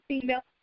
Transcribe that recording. female